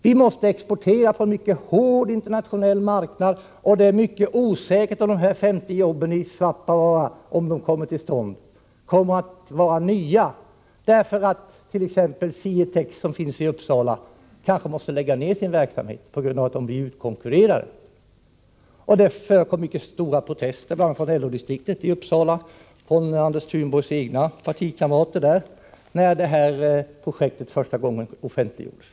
Vi måste exportera på en mycket hård internationell marknad, och det är mycket osäkert om dessa 50 jobb i Svappavaara, i fall de kommer till stånd, kommer att medföra några nya jobb, eftersom kanske Sietex i Uppsala måste lägga ned sin verksamhet på grund av att företaget blir utkonkurrerat. Det förekom mycket starka protester, bl.a. från LO distriktet i Uppsala — från Anders Thunborgs egna partikamrater där — när dessa projekt för första gången offentliggjordes.